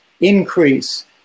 increase